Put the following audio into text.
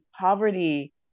poverty